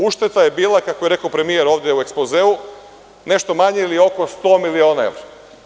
Ušteda je bila, kako je rekao premijer ovde u ekspozeu, nešto manje ili oko 100 miliona evra.